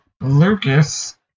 Lucas